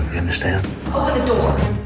understand? open the door!